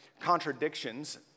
contradictions